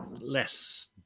less